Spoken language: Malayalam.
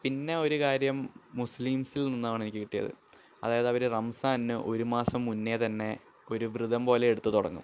പിന്നെ ഒരു കാര്യം മുസ്ളീംസിൽ നിന്നാണ് എനിക്ക് കിട്ടിയത് അതായതവര് റംസാന് ഒരു മാസം മുന്നേ തന്നെ ഒരു വ്രതം പോലെ എടുത്ത് തുടങ്ങും